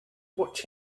watch